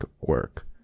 work